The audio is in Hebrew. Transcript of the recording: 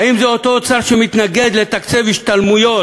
האם זה אותו אוצר שמתנגד לתקצב השתלמויות,